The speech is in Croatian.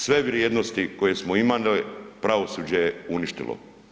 Sve vrijednosti koje smo imali pravosuđe je uništilo.